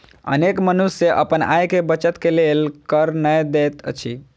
अनेक मनुष्य अपन आय के बचत के लेल कर नै दैत अछि